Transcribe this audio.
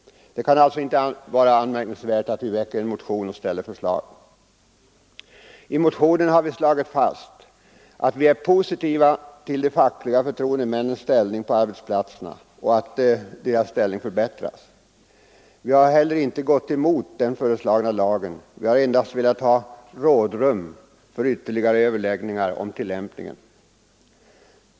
Det kan alltså inte vara anmärkningsvärt att vi väcker motioner och ställer förslag i sådana fall. I motionen har vi slagit fast att vi är positiva till att de fackliga förtroendemännens ställning på arbetsplatserna förbättras. Vi har heller inte gått emot den föreslagna lagen — vi har endast velat ha rådrum för ytterligare överläggningar om tillämpningen.